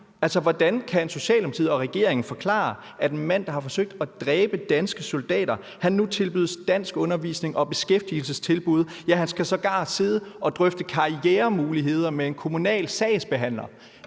hvordan kan Socialdemokratiet og regeringen forklare, at en mand, der har forsøgt at dræbe danske soldater, nu tilbydes danskundervisning og beskæftigelsestilbud? Ja, han skal sågar sidde og drøfte karrieremuligheder med en kommunal sagsbehandler.